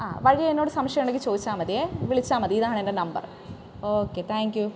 ആ വഴിയെന്നോട് സംശയമുണ്ടെങ്കിൽ ചോദിച്ചാൽ മതിയേ വിളിച്ചാൽ മതി ഇതാണെൻ്റെ നമ്പറ് ഓക്കേ താങ്ക് യൂ